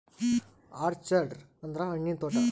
orchard ಅಂದ್ರ ಹಣ್ಣಿನ ತೋಟ